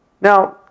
Now